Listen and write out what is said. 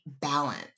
balance